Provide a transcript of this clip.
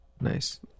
nice